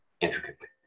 intricately